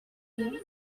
idea